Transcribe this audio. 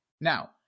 Now